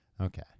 Okay